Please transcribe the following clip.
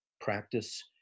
practice